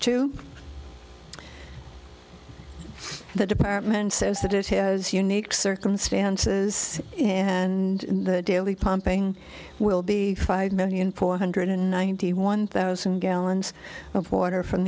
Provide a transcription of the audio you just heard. two the department says that it has unique circumstances and the daily pumping will be five million four hundred ninety one thousand gallons of water from